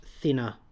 thinner